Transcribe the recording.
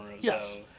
Yes